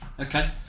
Okay